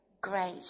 great